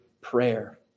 prayer